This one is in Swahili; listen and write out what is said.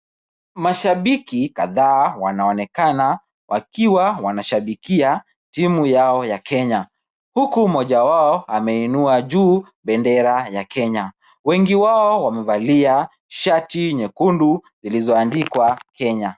Mashabiki kadhaa wanaonekana wakiwa wanashabikia timu yao ya kenya ,huku mmoja wao ameinua juu bendera ya kenya. Wengi wao wamevalia shati nyekundu zilizoandikwa kenya.